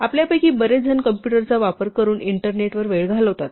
आपल्यापैकी बरेच जण कॉम्पुटरचा वापर करून इंटरनेटवर वेळ घालवतात